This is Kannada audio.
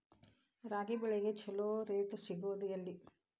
ರಾಗಿ ಬೆಳೆಗೆ ಛಲೋ ರೇಟ್ ಸಿಗುದ ಎಲ್ಲಿ?